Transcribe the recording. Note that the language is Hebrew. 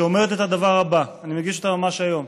שאומרת את הדבר הבא, אני מגיש אותה ממש היום: